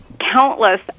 countless